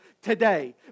today